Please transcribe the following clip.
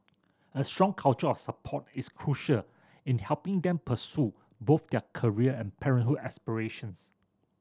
a strong culture of support is crucial in helping them pursue both their career and parenthood aspirations